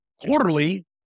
Quarterly